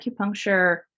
acupuncture